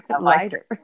Lighter